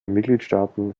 mitgliedstaaten